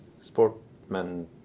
sportman